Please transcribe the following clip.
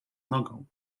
nogą